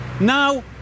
Now